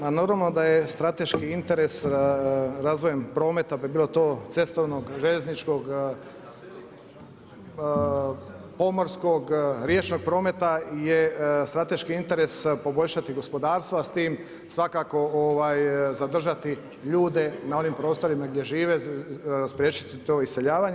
Pa normalno da je strateški interes razvojem prometa bi bilo to cestovnog, željezničkog, pomorskog, riječnog prometa je strateški interes poboljšati gospodarstvo, a s tim svakako zadržati ljude na onim prostorima gdje žive, spriječiti to iseljavanje.